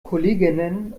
kolleginnen